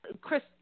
Chris